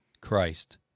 Christ